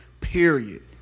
period